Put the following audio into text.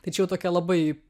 tai čia jau tokia labai